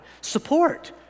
support